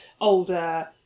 older